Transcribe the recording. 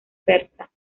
persa